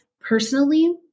personally